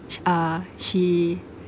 sh~ uh she